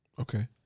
Okay